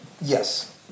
Yes